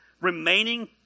remaining